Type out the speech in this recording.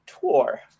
tour